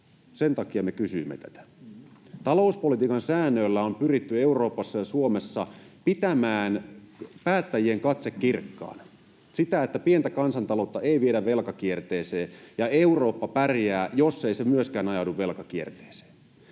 Sen takia me kysymme tätä. Talouspolitiikan säännöillä on pyritty Euroopassa ja Suomessa pitämään päättäjien katse kirkkaana, niin että pientä kansantaloutta ei viedä velkakierteeseen ja Eurooppa pärjää, jos myöskään se ei ajaudu velkakierteeseen.